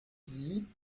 sie